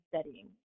studying